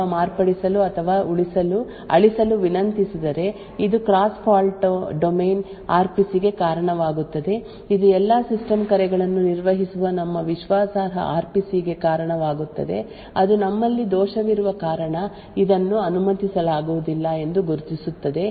ಈಗ ನಾವು fault domain 2 ಅನ್ನು ಅದೇ ಫೈಲ್ ಅನ್ನು ತೆರೆಯಲು ಅಥವಾ ಮಾರ್ಪಡಿಸಲು ಅಥವಾ ಅಳಿಸಲು ವಿನಂತಿಸಿದರೆ ಇದು cross fault domain R P C ಗೆ ಕಾರಣವಾಗುತ್ತದೆ ಇದು ಎಲ್ಲಾ ಸಿಸ್ಟಮ್ ಕರೆಗಳನ್ನು ನಿರ್ವಹಿಸುವ ನಮ್ಮ ವಿಶ್ವಾಸಾರ್ಹ ಆರ್ ಪಿ ಸಿ ಗೆ ಕಾರಣವಾಗುತ್ತದೆ ಅದು ನಮ್ಮಲ್ಲಿ ದೋಷವಿರುವ ಕಾರಣ ಇದನ್ನು ಅನುಮತಿಸಲಾಗುವುದಿಲ್ಲ ಎಂದು ಗುರುತಿಸುತ್ತದೆ